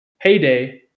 Heyday